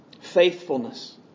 Faithfulness